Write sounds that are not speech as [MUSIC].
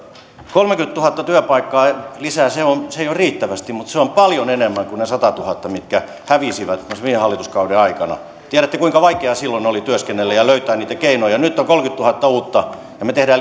kolmekymmentätuhatta työpaikkaa lisää ei ole riittävästi mutta se on paljon enemmän kuin ne satatuhatta mitkä hävisivät viime hallituskauden aikana tiedätte kuinka vaikeaa silloin oli työskennellä ja löytää niitä keinoja nyt on kolmekymmentätuhatta uutta työpaikkaa ja me teemme [UNINTELLIGIBLE]